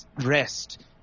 rest